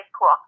cool